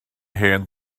hen